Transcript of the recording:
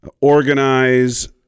organize